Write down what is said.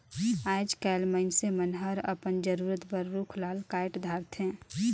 आयज कायल मइनसे मन हर अपन जरूरत बर रुख राल कायट धारथे